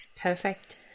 Perfect